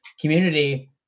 community